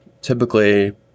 typically